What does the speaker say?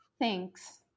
thanks